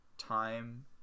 time